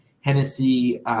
Hennessy